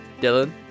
Dylan